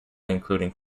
including